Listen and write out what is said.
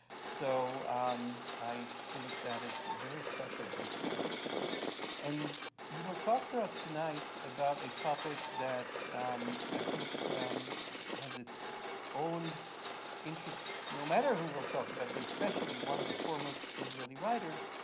so um i think that is a very special book and he will talk to us tonight about a topic that i think has its own interest no matter who we'll talk about but especially one of the foremost israeli writers,